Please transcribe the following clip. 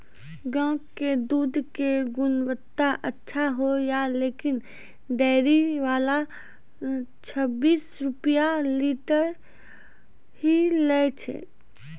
गांव के दूध के गुणवत्ता अच्छा होय या लेकिन डेयरी वाला छब्बीस रुपिया लीटर ही लेय छै?